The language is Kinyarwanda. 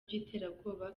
by’iterabwoba